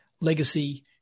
legacy